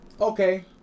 Okay